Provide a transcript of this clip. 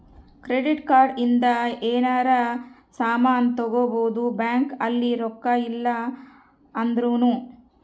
credit card ಇಂದ ಯೆನರ ಸಾಮನ್ ತಗೊಬೊದು ಬ್ಯಾಂಕ್ ಅಲ್ಲಿ ರೊಕ್ಕ ಇಲ್ಲ ಅಂದೃನು